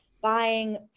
buying